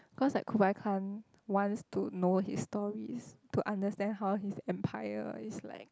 cause like Kublai Khan wants to know his stories to understand how his empire is like